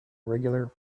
regular